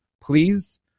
please